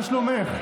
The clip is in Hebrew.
מה שלומך?